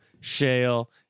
Shale